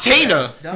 Tina